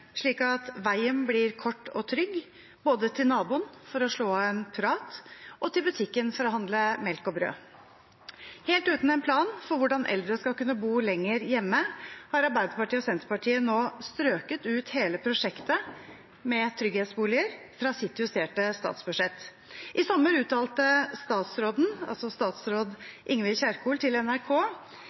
slik at veien blir kort og trygg, både til naboen for å slå av en prat og til butikken for å handle melk og brød. Helt uten en plan for hvordan eldre skal kunne bo lenger hjemme, har Arbeiderpartiet og Senterpartiet nå strøket ut hele prosjektet med trygghetsboliger fra sitt justerte statsbudsjett. I sommer, før hun ble helseminister, uttalte Ingvild Kjerkol til NRK